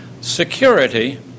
Security